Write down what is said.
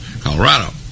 Colorado